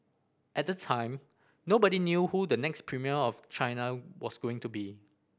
at the time nobody knew who the next premier of China was going to be